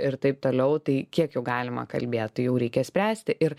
ir taip toliau tai kiek jau galima kalbėt tai jau reikia spręsti ir